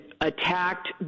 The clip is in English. attacked